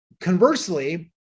Conversely